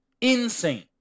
insane